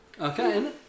Okay